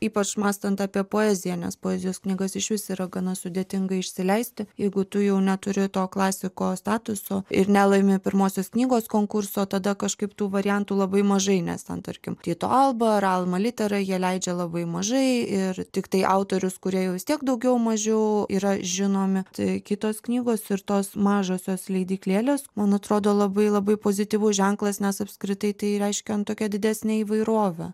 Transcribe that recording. ypač mąstant apie poeziją nes poezijos knygas išvis yra gana sudėtinga išsileisti jeigu tu jau neturi to klasiko statuso ir nelaimi pirmosios knygos konkurso tada kažkaip tų variantų labai mažai nes ten tarkim tyto alba ar alma litera jie leidžia labai mažai ir tiktai autorius kurie jau vis tiek daugiau mažiau yra žinomi tai kitos knygos ir tos mažosios leidyklėlės man atrodo labai labai pozityvus ženklas nes apskritai tai reiškia nu tokią didesnę įvairovę